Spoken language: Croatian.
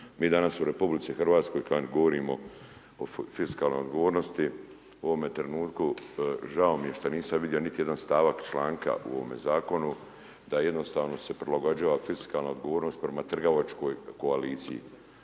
Mi danas u RH, kada govorimo o fiskalnoj odgovornosti, u ovome trenutku, žao mi je što nisam vidio niti jedan stavak članka u ovome zakonu, da jednostavno se prilagođava fiskalna odgovornost prema trgovačkoj koaliciji.